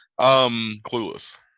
Clueless